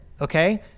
Okay